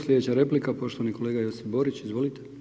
Sljedeća replika poštovani kolega Josip Borić, izvolite.